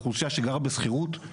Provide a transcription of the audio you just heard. זו האוכלוסייה שגרה בשכירות,